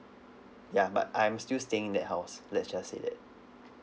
ya but I'm still staying in that house let's just say that